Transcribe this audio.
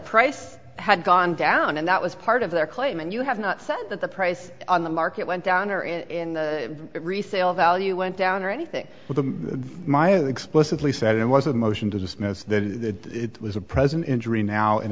price had gone down and that was part of their claim and you have not said that the price on the market went down or it in the resale value went down or anything but the my explicitly said it was a motion to dismiss that it was a present injury now and